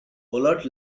hollered